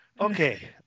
okay